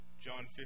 John